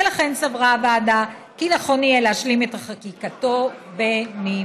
ולכן סברה הוועדה כי נכון יהיה להשלים את חקיקתו בנפרד.